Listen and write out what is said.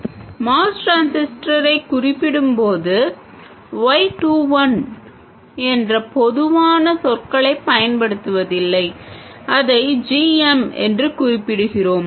MOS டிரான்சிஸ்டரைக் குறிப்பிடும்போது y 2 1 என்ற பொதுவான சொற்களைப் பயன்படுத்துவதில்லை இதை g m என்று குறிப்பிடுகிறோம்